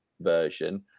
version